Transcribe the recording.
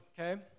okay